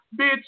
Bitch